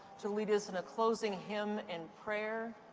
to lead us in a closing hymn and prayer.